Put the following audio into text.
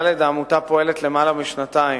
העמותה פועלת למעלה משנתיים,